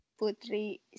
Putri